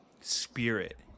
spirit